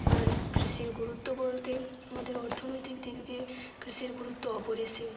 আর কৃষির গুরুত্ব বলতে আমাদের অর্থনৈতিক দিক দিয়ে কৃষির গুরুত্ব অপরিসীম